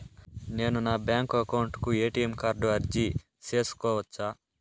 నేను నా bank account కు ఎ.టి.ఎం కార్డు అర్జీ సేసుకోవచ్చా?